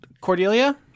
Cordelia